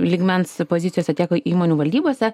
lygmens pozicijose tiek įmonių valdybose